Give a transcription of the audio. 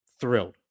Thrilled